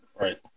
right